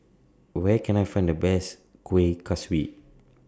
Where Can I Find The Best Kueh Kaswi